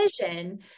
vision